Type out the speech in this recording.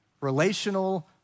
relational